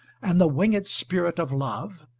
and the winged spirit of love,